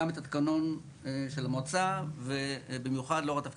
גם את התקנון של המועצה ובמיוחד לאור התפקיד